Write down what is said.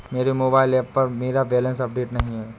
मेरे mobile app पर मेरा बैलेंस अपडेट नहीं है